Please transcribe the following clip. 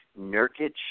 Nurkic